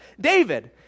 David